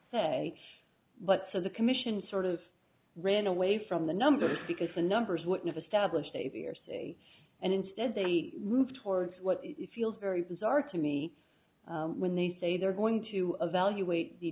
say but so the commission sort of ran away from the numbers because the numbers what an established a b or c and instead they move towards what it feels very bizarre to me when they say they're going to evaluate the